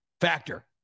factor